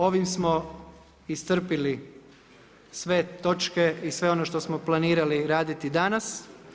Ovime smo iscrpili sve točke i sve ono što smo planirali raditi danas.